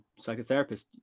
psychotherapist